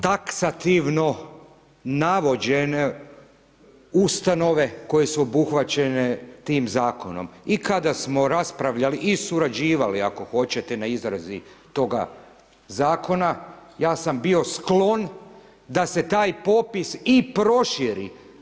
Taksativno navođenje ustanove koje su obuhvaćene tim zakonom i kada smo raspravljali i surađivali ako hoćete na izradi toga zakona, ja sam bio sklon da se taj popis i proširi.